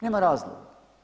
Nema razloga.